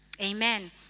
Amen